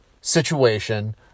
situation